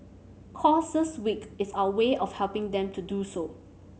causes week is our way of helping them do so